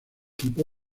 tipo